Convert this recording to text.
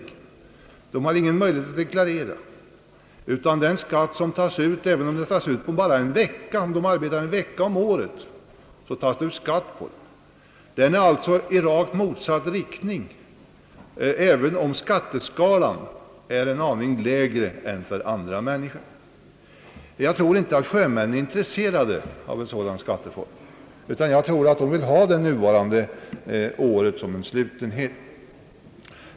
Sjömännen har ingen möjlighet att göra någon årsutjämning eller ens att deklarera. Även om de bara har arbetat en enda vecka under året får de betala skatt enligt tabell på denna inkomst. Resultatet blir därför för deras del ofta motsatsen till det här avsedda även om sjömännens skatteskala är en aning lägre. Fiskarena är säkert inte intresserade av att få en sådan skatteform, utan de vill nog i så fall behålla det nuvarande året som slutenhet.